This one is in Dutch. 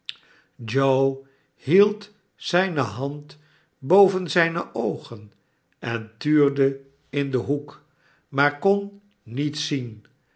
hield zijne hand boven zijne oogen en tuurde in den hoek maar kon niets zien